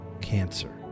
cancer